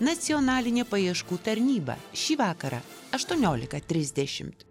nacionalinė paieškų tarnyba šį vakarą aštuoniolika trisdešimt